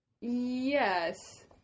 yes